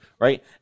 right